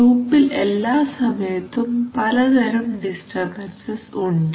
ലൂപിൽ എല്ലാ സമയത്തും പലതരം ഡിസ്റ്റർബൻസസ് ഉണ്ട്